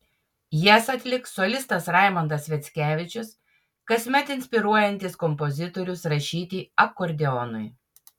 jas atliks solistas raimondas sviackevičius kasmet inspiruojantis kompozitorius rašyti akordeonui